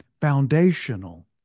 foundational